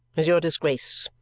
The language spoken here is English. is your disgrace,